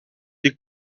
des